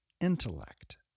intellect